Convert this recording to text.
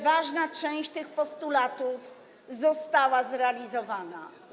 Ważna część tych postulatów została zrealizowana.